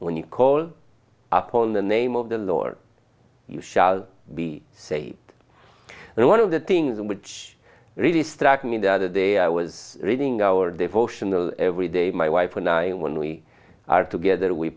when you call upon the name of the lord you shall be saved and one of the things which really struck me the other day i was reading our devotional every day my wife and i when we are together we